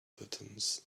buttons